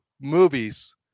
movies